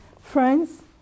Friends